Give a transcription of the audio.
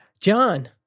John